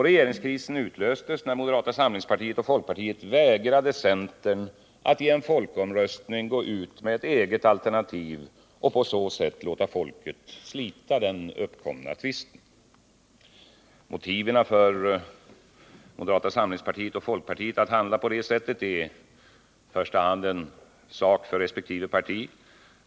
Regeringskrisen utlöstes när moderata samlingspartiet och folkpartiet vägrade centern att i en folkomröstning gå ut med ett eget alternativ och på så sätt låta folket slita den uppkomna tvisten. Motiven för moderata samlingspartiet och folkpartiet att handla på detta sätt är i första hand en sak för resp. parti.